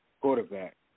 quarterback